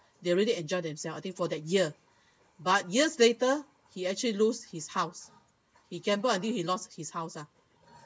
they're really enjoyed themselves for the year but years later he actually lose his house he gambled until he lost his house [a